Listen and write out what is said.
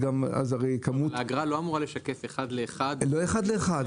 אז הרי כמות --- האגרה לא אמורה לשקף אחד לאחד --- לא אחד לאחד,